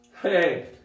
Hey